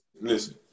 Listen